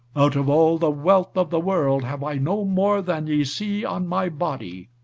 out of all the wealth of the world have i no more than ye see on my body.